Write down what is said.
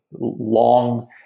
long